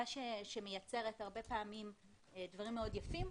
שמייצרת הרבה פעמים דברים מאוד יפים,